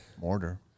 Mortar